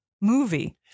movie